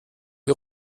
ihr